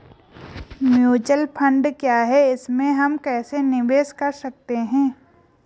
Mutual fund क्या है इसमें हम कैसे निवेश कर सकते हैं?